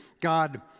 God